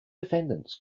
defendants